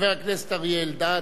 חבר הכנסת אריה אלדד.